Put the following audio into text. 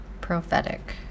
prophetic